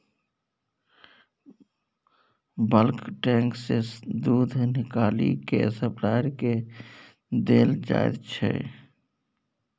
bulk tank सँ दुध निकालि केँ सप्लायर केँ देल जाइत छै